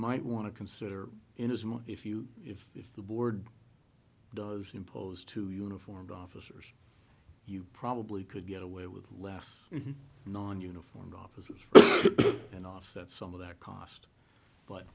might want to consider in as much if you if if the board does impose two uniformed officers you probably could get away with less non uniformed officers and offset some of that cost but